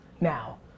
Now